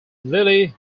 lily